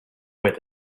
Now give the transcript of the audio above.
where